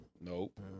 Nope